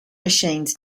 machines